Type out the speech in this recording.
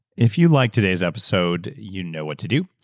if you liked today's episode, you know what to do.